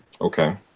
Okay